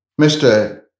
Mr